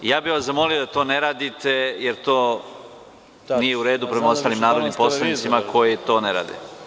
Zamolio bih vas da to ne radite, jer to nije u redu prema ostalim narodnim poslanicima, koji to ne rade.